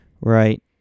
Right